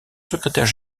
secrétaire